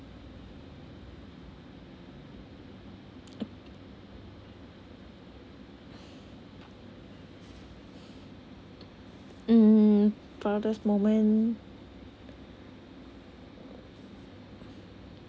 um proudest moment